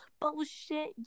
bullshit